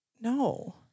No